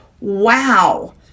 wow